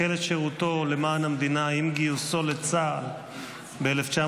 החל את שירותו למען המדינה עם גיוסו לצה"ל ב-1968,